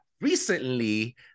recently